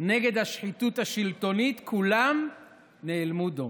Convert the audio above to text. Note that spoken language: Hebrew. נגד השחיתות השלטונית, כולם נאלמו דום.